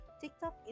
TikTok